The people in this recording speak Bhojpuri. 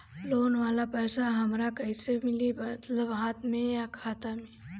लोन वाला पैसा हमरा कइसे मिली मतलब हाथ में या खाता में?